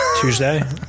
Tuesday